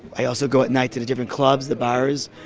i also go at night to the different clubs, the bars,